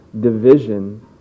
division